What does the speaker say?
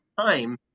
time